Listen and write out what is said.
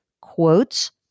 quotes